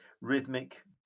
rhythmic